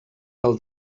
del